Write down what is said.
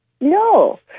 No